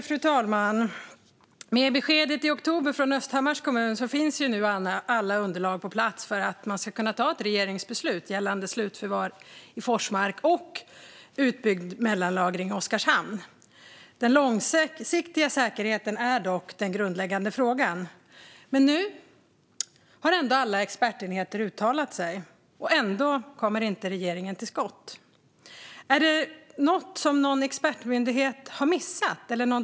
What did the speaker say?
Fru talman! Med beskedet i oktober från Östhammars kommun finns nu alla underlag på plats för att kunna ta ett regeringsbeslut gällande slutförvar i Forsmark och utbyggd mellanlagring i Oskarshamn. Den långsiktiga säkerheten är dock den grundläggande frågan. Nu har alla expertenheter uttalat sig, och ändå kommer regeringen inte till skott. Är det något som någon expertmyndighet eller domstol har missat?